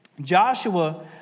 Joshua